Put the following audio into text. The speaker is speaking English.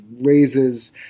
raises